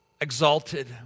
exalted